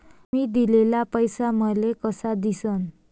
मी दिलेला पैसा मले कसा दिसन?